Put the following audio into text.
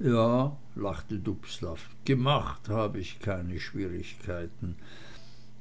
ja lachte dubslav gemacht hab ich keine schwierigkeiten